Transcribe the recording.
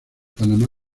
panamá